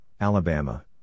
Alabama